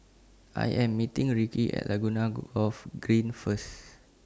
I Am meeting Ricki At Laguna Golf Green First